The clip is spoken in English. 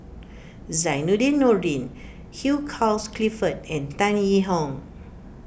Zainudin Nordin Hugh Charles Clifford and Tan Yee Hong